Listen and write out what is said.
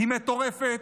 היא מטורפת.